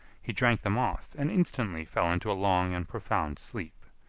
he drank them off, and instantly fell into a long and profound sleep.